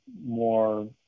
more